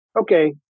Okay